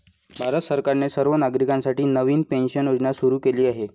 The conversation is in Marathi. भारत सरकारने सर्व नागरिकांसाठी नवीन पेन्शन योजना सुरू केली आहे